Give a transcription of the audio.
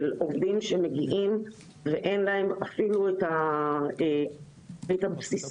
של עובדים שמגיעים ואין להם אפילו את הידע הבסיסי,